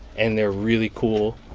and they're really cool.